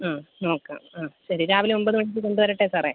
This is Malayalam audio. അ നോക്കാം ആ ശരി രാവിലെ ഒമ്പത് മണിക്ക് കൊണ്ടുവരട്ടേ സാറേ